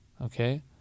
Okay